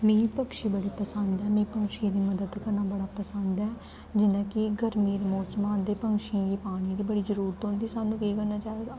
मिगी पक्षी बड़े पसंद न में पंछियें दी मदद करना बड़ा पसंद ऐ जियां कि गर्मियें दे मौसम औंदे पंछियें गी पानी दी बड़ी जरूरत होंदी सानूं केह् करना चाहिदा